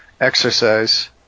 exercise